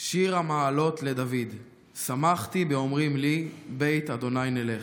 "שיר המעלות לדוד שמחתי באמרים לי בית ה' נלך.